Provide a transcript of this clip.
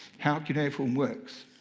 how cuneiform works.